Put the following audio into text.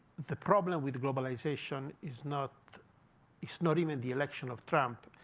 the problem with globalization is not it's not even the election of trump.